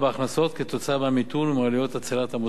המיתון ועלויות הצלת המוסדות הפיננסיים.